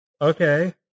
okay